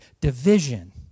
division